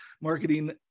marketing